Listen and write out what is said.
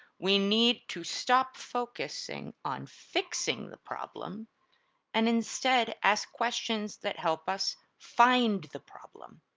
we need to stop focusing on fixing the problem and instead ask questions that help us find the problem.